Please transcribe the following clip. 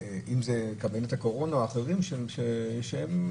קבינט הקורונה או אחרים הם המקפידים,